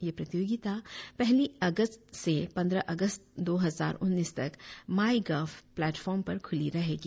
यह प्रतियोगिता पहली अगस्त से पंद्रह अगस्त दो हजार उन्नीस तक माईगव प्लेटफार्म पर खुली रहेगी